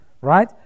Right